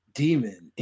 demon